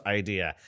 idea